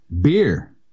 beer